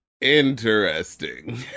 interesting